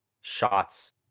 shots